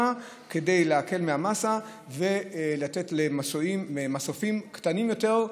כדי להקל מהמאסה ולתת למסופים קטנים יותר,